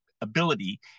ability